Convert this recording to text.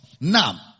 Now